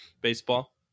baseball